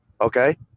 okay